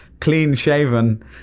clean-shaven